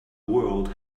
world